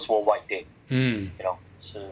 mm